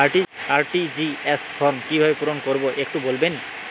RTGS form কিভাবে পূরণ করবো একটু বলবেন?